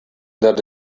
that